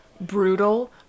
brutal